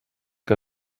que